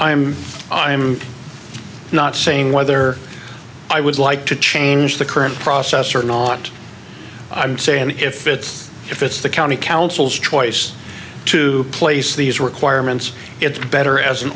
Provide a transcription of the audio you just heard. i'm i'm not saying whether i would like to change the current process or not i'm saying that if it if it's the county council's choice to place these requirements it's better as an